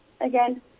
again